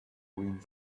wind